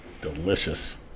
Delicious